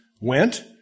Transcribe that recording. went